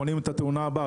מונעים את התאונה הבאה.